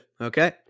Okay